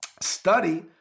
study